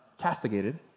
castigated